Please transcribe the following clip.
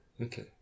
Okay